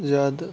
زیادٕ